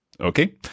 Okay